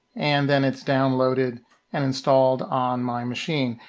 and then it's downloaded and installed on my machine.